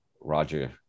Roger